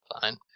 Fine